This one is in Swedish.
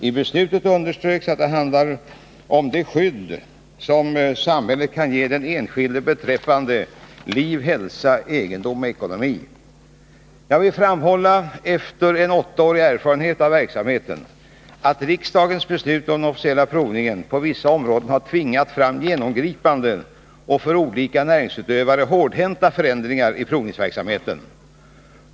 I beslutet underströks att det handlar om det skydd samhället kan ge den enskilde beträffande liv, hälsa, egendom och ekonomi. Jag vill framhålla — efter en åttaårig erfarenhet av verksamheten — att riksdagens beslut om den officiella provningen på vissa områden har tvingat fram genomgripande och för olika näringsutövare hårdhänta förändringar i - Nr 55 provningsverksamheten.